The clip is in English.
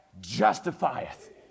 justifieth